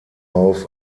auf